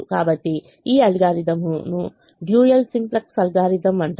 కాబట్టి ఈ అల్గోరిథంను డ్యూయల్ సింప్లెక్స్ అల్గోరిథం అంటారు